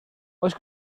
oes